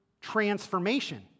transformation